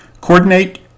coordinate